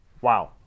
Wow